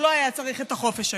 הוא לא היה צריך את החופש היום.